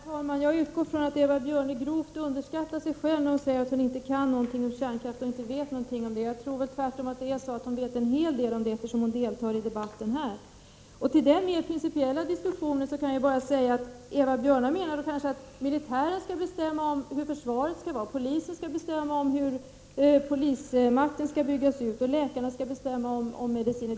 Herr talman! Jag utgår ifrån att Eva Björne grovt underskattar sig själv när hon säger att hon inte kan någonting om kärnkraft och inte vet någonting om den. Jag tror tvärtom att hon vet en hel del om kärnkraft, eftersom hon deltar i debatten här. Till den principiella diskussionen kan jag säga att det verkar som om Eva Björne menar att militären skulle bestämma om hur försvaret skall vara, polisen skall bestämma om hur polismakten skall byggas ut och läkarna skall bestämma om medicinen.